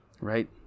Right